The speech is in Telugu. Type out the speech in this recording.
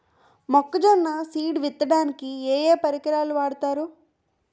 మొక్కజొన్న సీడ్ విత్తడానికి ఏ ఏ పరికరాలు వాడతారు?